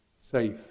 safe